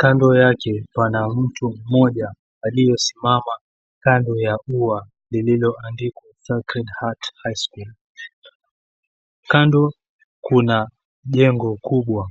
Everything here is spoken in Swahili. Kando yake pana mtu mmoja aliyesimama kando ya ua lililoandikwa "Sacred Heart High School". Kando kuna jengo kubwa.